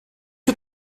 you